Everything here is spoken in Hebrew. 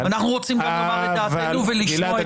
אנחנו רוצים גם לומר את דעתנו ולשמוע את הממ"מ.